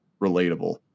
relatable